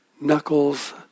knuckles